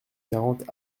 quarante